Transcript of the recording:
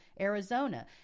Arizona